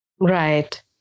Right